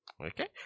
Okay